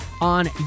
on